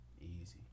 easy